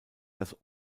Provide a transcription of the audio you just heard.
dass